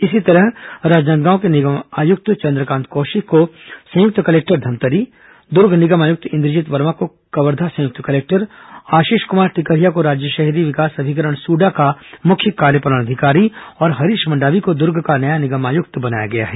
इसी तरह राजनांदगांव के निगम आयुक्त चंदकांत कौशिक को संयुक्त कलेक्टर धमतरी दूर्ग निगम आयुक्त इंद्रजीत वर्मा को कवर्धा संयुक्त कलेक्टर आशीष कमार टिकरिहा को राज्य शहरी विकास अभिकरण सूडा का मुख्य कार्यपालन अधिकारी और हरीश मंडावी को दूर्ग का नया निगम आयुक्त बनाया गया है